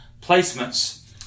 placements